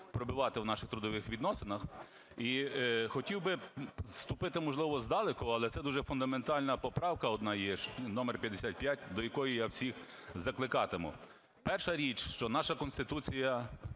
пробивати у наших трудових відносинах. І хотів би вступити, можливо, здалеку. Але це дуже фундаментальна поправка одна є – номер 55, до якої я всіх закликатиму. Перша річ, що наша Конституція